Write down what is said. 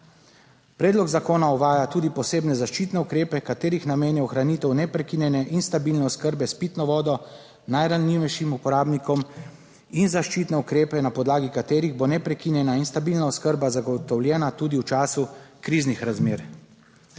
Predlog zakona uvaja tudi posebne zaščitne ukrepe, katerih namen je ohranitev neprekinjene in stabilne oskrbe s pitno vodo najranljivejšim uporabnikom in zaščitne ukrepe na podlagi katerih bo neprekinjena in stabilna oskrba zagotovljena tudi v času kriznih razmer.